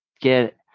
get